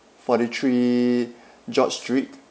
forty three george street